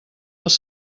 els